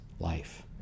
life